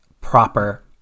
proper